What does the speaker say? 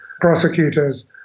prosecutors